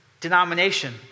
denomination